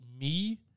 me-